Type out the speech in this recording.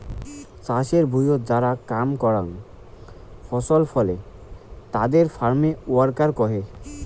চাষের ভুঁইয়ত যারা কাম করাং ফসল ফলে তাদের ফার্ম ওয়ার্কার কহে